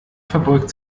verbeugt